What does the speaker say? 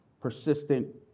persistent